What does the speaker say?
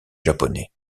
japonais